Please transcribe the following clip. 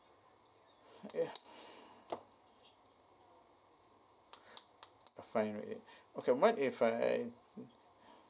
ya if I okay what if I